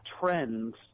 trends